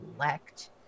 elect